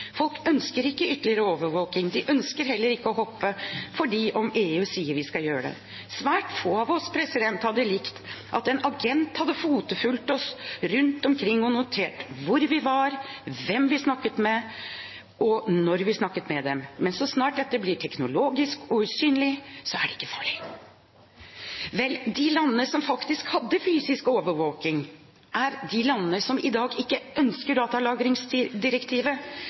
folk. Folk ønsker ikke ytterligere overvåking, og de ønsker heller ikke å hoppe fordi EU sier vi skal gjøre det. Svært få av oss hadde likt at en agent hadde fotfulgt oss rundt omkring og notert hvor vi var, hvem vi snakket med og når vi snakket med dem. Men så snart dette blir teknologisk og usynlig, så er det ikke farlig. Vel, de landene som faktisk hadde fysisk overvåking, er de landene som i dag ikke ønsker